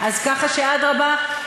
אני אומרת, אדרבה,